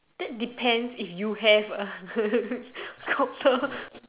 that depends if you have a copter